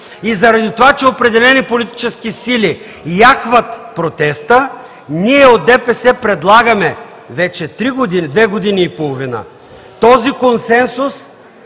и заради това, че определени политически сили яхват протеста, ние от ДПС предлагаме вече три години – две години и половина, този консенсус,